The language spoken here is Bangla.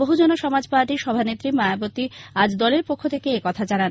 বহুজন সমাজ পার্টির সভানেত্রী মায়াবতী আজ দলের পক্ষ থেকে একথা জানান